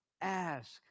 ask